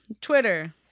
twitter